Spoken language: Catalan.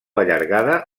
allargada